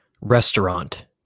Restaurant